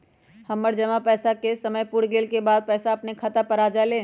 हमर जमा पैसा के समय पुर गेल के बाद पैसा अपने खाता पर आ जाले?